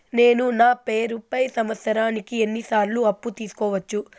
నేను నా పేరుపై సంవత్సరానికి ఎన్ని సార్లు అప్పు తీసుకోవచ్చు?